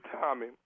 Tommy